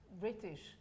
British